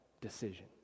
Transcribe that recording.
decision